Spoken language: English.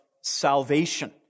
salvation